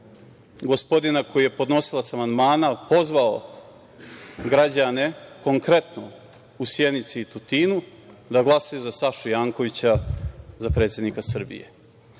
gospodin koji je podnosilac amandmana, pozvao građane, konkretno u Sjenici i Tutinu da glasaju za Sašu Jankovića za predsednika Srbije.U